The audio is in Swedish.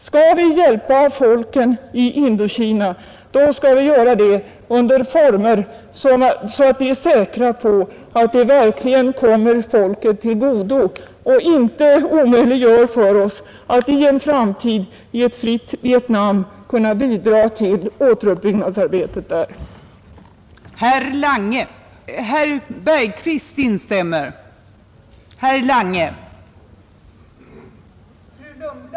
Skall vi hjälpa folken i Indokina, då skall vi göra det i sådana former att vi är säkra på att biståndet verkligen kommer folken till godo och så att det inte omöjliggör för oss att i en framtid bidra till återuppbyggnadsarbetet i ett fritt Vietnam.